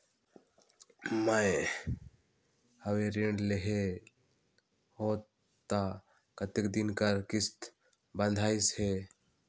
मैं हवे ऋण लेहे हों त कतेक दिन कर किस्त बंधाइस हे?